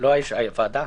באישור הוועדה.